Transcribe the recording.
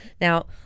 Now